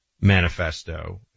manifesto